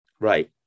Right